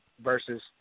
versus